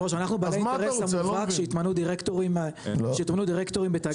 אנחנו בעלי האינטרס המובהק שיתמנו דירקטורים בתאגידי מים.